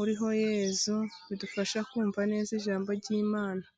uriho Yezu. Bidufasha kumva neza ijambo ry’Imana.